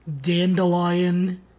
dandelion